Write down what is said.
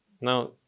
Now